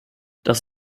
das